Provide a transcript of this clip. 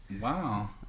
wow